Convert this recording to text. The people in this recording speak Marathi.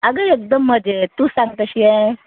अगं एकदम मजेत तू सांग कशी आहेस